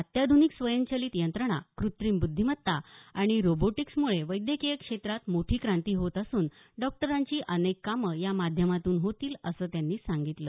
अत्याध्निक स्वयंचलित यंत्रणा कृत्रिम बुद्धिमत्ता आणि रोबोटीक्समुळे वैद्यकीय क्षेत्रात मोठी क्रांती होत असून डॉक्टरांची अनेक कामं या माध्यमातून होतील असं त्यांनी सांगितलं